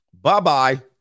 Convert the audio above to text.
Bye-bye